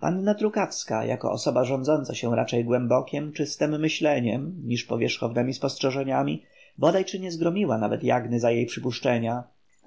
panna trukawska jako osoba rządząca się raczej głębokiem czystem myśleniem niż powierzchownemi spostrzeżeniami bodaj czy nie zgromiła nawet jagny za jej przypuszczenia